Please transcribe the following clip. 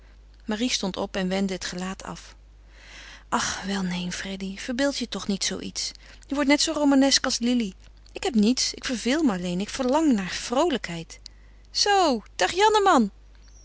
marie stond op en wendde het gelaat af ach wel neen freddy verbeeld je toch niet zoo iets je wordt net zoo romanesk als lili ik heb niets ik verveel me alleen ik verlang naar vroolijkheid zoo dag janneman